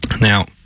Now